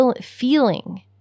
feeling